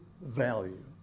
value